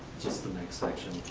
just the next section.